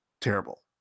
terrible